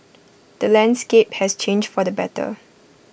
the landscape has changed for the better